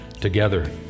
together